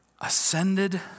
ascended